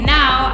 now